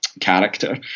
character